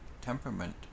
temperament